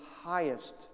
highest